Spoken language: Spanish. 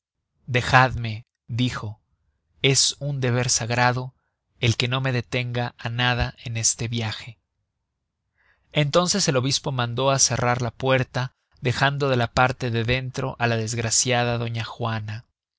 dejadme dijo es un deber sagrado el que no me detenga á nada en este viage entonces el obispo mandó á cerrar la puerta dejando de la parte de dentro á la desgraciada doña juana